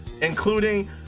including